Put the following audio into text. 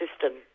system